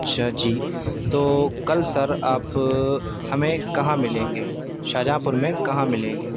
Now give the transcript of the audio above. اچھا جی تو کل سر آپ ہمیں کہاں ملیں گے شاہجہاں پور میں کہاں ملیں گے